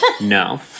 No